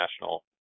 national